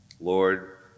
Lord